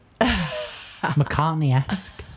McCartney-esque